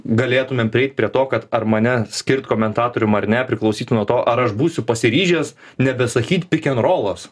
galėtumėm prieit prie to kad ar mane skirt komentatorium ar ne priklausytų nuo to ar aš būsiu pasiryžęs nebesakyt pikenrolas